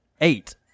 eight